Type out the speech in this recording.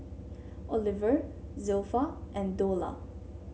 Oliver Zilpha and Dola